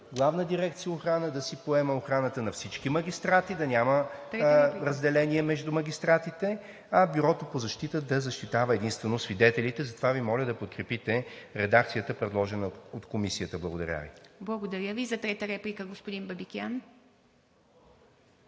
Главна дирекция „Охрана“ да си поема охраната на всички магистрати – да няма разделение между магистратите, а Бюрото по защита да защитава единствено свидетелите. Затова Ви моля да подкрепите редакцията, предложена от Комисията. Благодаря Ви. ПРЕДСЕДАТЕЛ ИВА МИТЕВА: Благодаря Ви. За трета реплика – господин Бабикян.